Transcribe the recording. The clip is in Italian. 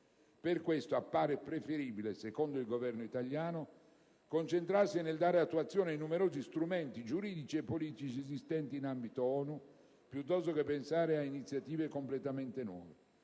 Per questo appare preferibile, secondo il Governo italiano, concentrarsi nel dare attuazione ai numerosi strumenti giuridici e politici esistenti in ambito ONU piuttosto che pensare a iniziative completamente nuove.